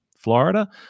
Florida